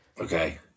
Okay